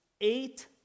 eight